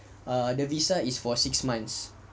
err the visa is for six months